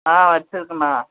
ஆ வெச்சுருக்கேண்ணா